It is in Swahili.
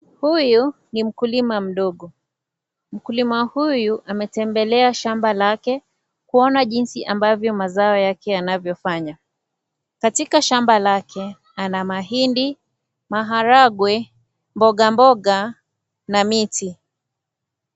Huyu ni mkulima mdogo. Mkulima huyu ametembelea shamba lake kuona jinsi ambavyo mazao yake yanavyofanya katika shamba lake. Ana mahindi, maharagwe, mboga mboga na miti.